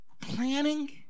planning